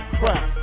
crap